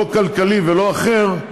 לא כלכלי ולא אחר,